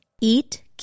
Eat